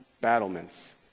battlements